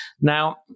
Now